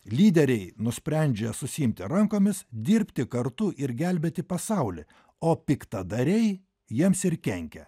lyderiai nusprendžia susiimti rankomis dirbti kartu ir gelbėti pasaulį o piktadariai jiems ir kenkia